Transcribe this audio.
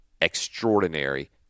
extraordinary